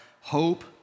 hope